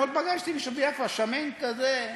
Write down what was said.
אתמול פגשתי מישהו בביאפרה, שמן כזה.